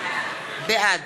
בעד